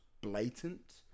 blatant